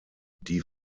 die